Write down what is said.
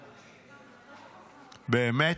באמת?